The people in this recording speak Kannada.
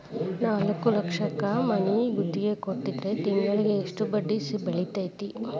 ನಾಲ್ಕ್ ಲಕ್ಷಕ್ ಮನಿ ಗುತ್ತಿಗಿ ಕೊಟ್ಟಿದ್ರ ತಿಂಗ್ಳಾ ಯೆಸ್ಟ್ ಬಡ್ದಿ ಬೇಳ್ತೆತಿ?